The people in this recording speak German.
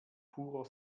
purer